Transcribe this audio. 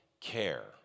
care